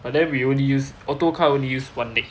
but then we only use auto car only use one leg